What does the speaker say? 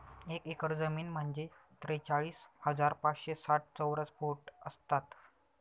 एक एकर जमीन म्हणजे त्रेचाळीस हजार पाचशे साठ चौरस फूट असतात